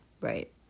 Right